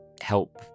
help